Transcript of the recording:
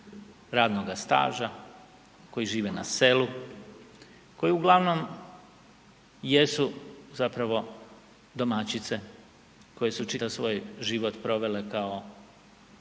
radnoga staža, koji žive na selu, koji uglavnom jesu zapravo domaćice koje su čitav svoj život provele kao